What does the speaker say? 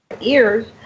ears